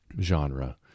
genre